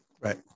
Right